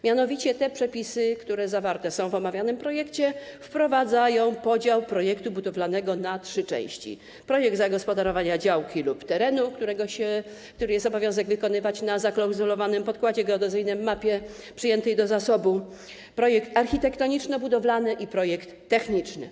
Mianowicie te przepisy, które zawarte są w omawianym projekcie, wprowadzają podział projektu budowlanego na trzy części: projekt zagospodarowania działki lub terenu - jest obowiązek wykonywania go na zaklauzulowanym podkładzie geodezyjnym, mapie przyjętej do zasobu - projekt architektoniczno-budowlany i projekt techniczny.